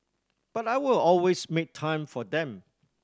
but I will always make time for them